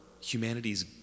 humanity's